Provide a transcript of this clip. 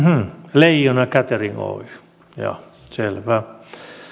leijona catering oy joo selvä